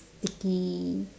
sticky